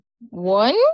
One